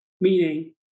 meaning